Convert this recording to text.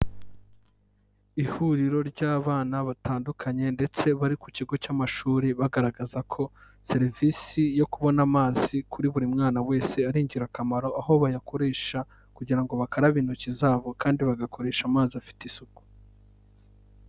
Ihuriro ry'abana batandukanye ndetse bari ku kigo cy'amashuri bagaragaza ko serivisi yo kubona amazi kuri buri mwana wese ari ingirakamaro, aho bayakoresha kugira ngo bakarabe intoki zabo kandi bagakoresha amazi afite isuku.